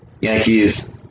Yankees